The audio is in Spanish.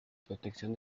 protección